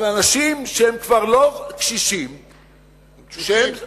על אנשים שהם כבר לא קשישים, הם תשושים.